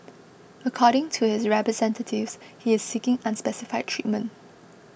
according to his representatives he is seeking unspecified treatment